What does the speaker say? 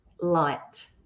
light